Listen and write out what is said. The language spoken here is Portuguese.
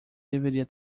deveria